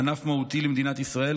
ענף מהותי למדינת ישראל.